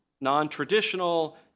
non-traditional